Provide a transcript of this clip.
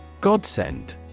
Godsend